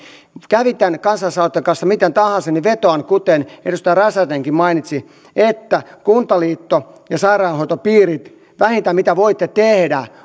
kävi tämän kansalaisaloitteen kanssa miten tahansa niin vetoan kuten edustaja räsänenkin mainitsi kuntaliitto ja sairaanhoitopiirit vähintä mitä voitte tehdä